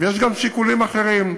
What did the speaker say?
ויש גם שיקולים אחרים.